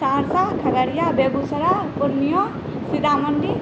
Saharsa Khagaria Begusarai Purnia Sitamarhi